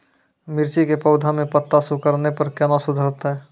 मिर्ची के पौघा मे पत्ता सिकुड़ने पर कैना सुधरतै?